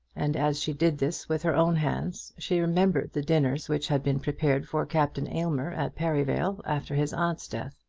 and as she did this with her own hands she remembered the dinners which had been prepared for captain aylmer at perivale after his aunt's death.